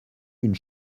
une